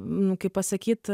nu kaip pasakyt